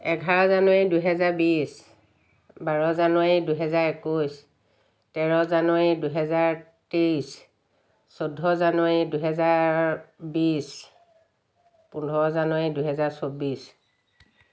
এঘাৰ জানুৱাৰী দুহেজাৰ বিছ বাৰ জানুৱাৰী দুহেজাৰ একৈছ তেৰ জানুৱাৰী দুহেজাৰ তেইছ চৈধ্য জানুৱাৰী দুহেজাৰ বিছ পোন্ধৰ জানুৱাৰী দুহেজাৰ চৌব্বিছ